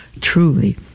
Truly